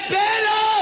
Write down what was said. better